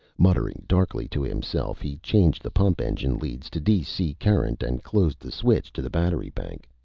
muttering darkly to himself, he changed the pump engine leads to dc current and closed the switch to the battery bank.